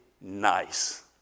nice